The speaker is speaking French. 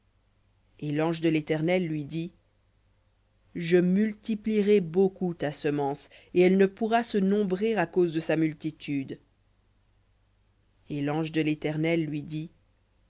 et l'ange de l'éternel lui dit je multiplierai beaucoup ta semence et elle ne pourra se nombrer à cause de sa multitude et l'ange de l'éternel lui dit